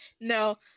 no